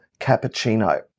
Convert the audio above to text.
cappuccino